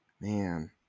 Man